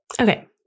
Okay